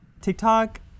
TikTok